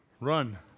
run